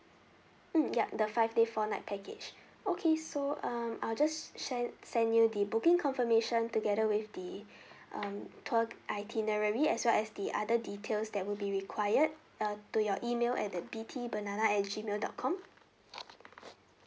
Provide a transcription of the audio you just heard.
mm yup the five day four night package okay so um I'll just share send you the booking confirmation together with the um tour itinerary as well as the other details that will be required uh to your email at the B T banana at G mail dot com